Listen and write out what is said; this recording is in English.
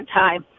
time